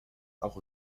auch